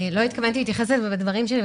לא התכוונתי להתייחס לזה בדברים שלי,